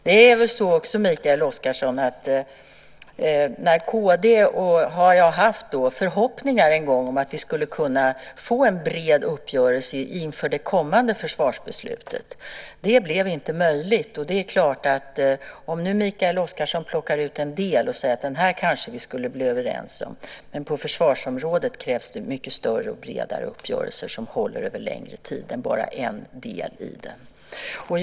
Det är väl så också, Mikael Oscarsson, att jag en gång vad gäller kd har haft förhoppningar om att vi skulle kunna få en bred uppgörelse inför det kommande försvarsbeslutet. Det blev inte möjligt. Mikael Oscarsson plockar nu ut en del och säger att vi kanske kan bli överens om den, men på försvarsområdet krävs det mycket större och bredare uppgörelser som håller över längre tid än uppgörelser om bara en del i det hela.